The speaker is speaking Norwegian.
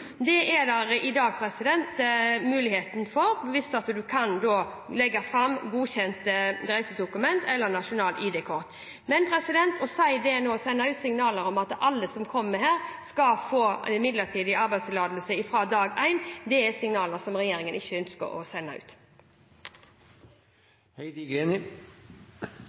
Det er det i dag mulighet for hvis man kan legge fram godkjent reisedokument eller nasjonalt ID-kort. Men å sende ut signaler nå om at alle som kommer hit, skal få midlertidig arbeidstillatelse fra dag én, er signaler som regjeringen ikke ønsker å sende ut.